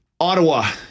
Ottawa